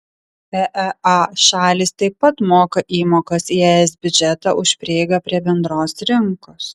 eea šalys taip pat moka įmokas į es biudžetą už prieigą prie bendros rinkos